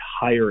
higher